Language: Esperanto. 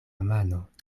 mano